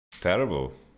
Terrible